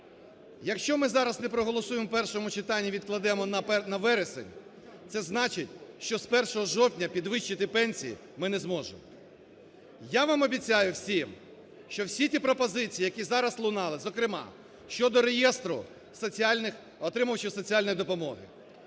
Якщо ми зараз не проголосуємо в першому читанні, відкладемо на вересень, це значить, що з 1 жовтня підвищити пенсії ми не зможемо. Я вам обіцяю всім, що всі ті пропозиції, які зараз лунали, зокрема, щодо реєстру отримувачів соціальної допомоги,